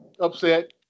upset